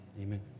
Amen